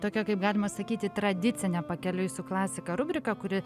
tokia kaip galima sakyti tradicinė pakeliui su klasika rubriką kuri